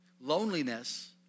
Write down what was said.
Loneliness